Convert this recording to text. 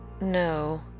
No